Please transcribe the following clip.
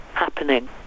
happening